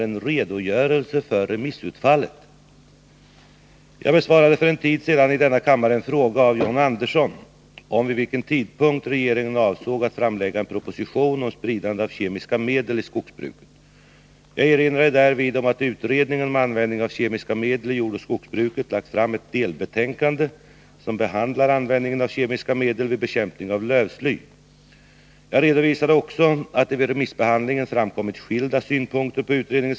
En anledning härtill har angetts vara den splittrade bild som utfallet av remissbehandlingen givit. Då många anser dröjsmålet utomordentligt beklagligt är det viktigt att innehållet i remissvaren blir mer allmänt känt.